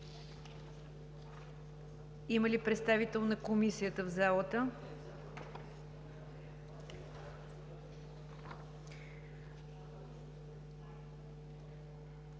Има ли представител на Комисията в залата?